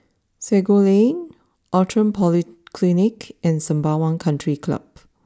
Sago Lane Outram Polyclinic and Sembawang country Club